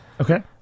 Okay